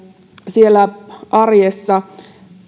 siellä arjessa